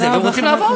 ורוצים לעבוד,